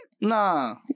Nah